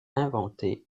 inventé